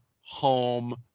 home